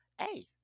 hey